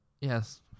yes